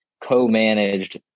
co-managed